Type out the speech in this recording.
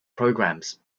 programs